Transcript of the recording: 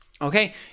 Okay